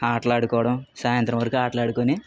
ఆటలాడుకోవడం సాయంత్రం వరకు ఆటలాడుకుని